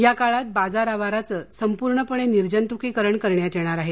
या काळात बाजार आवाराचं संपूर्णपणे निर्जंतुकीकरण करण्यात येणार आहे